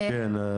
כן,